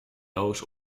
doos